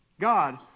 God